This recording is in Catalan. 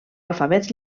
alfabets